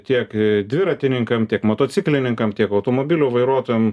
tiek dviratininkam tiek motociklininkam tiek automobilių vairuotojam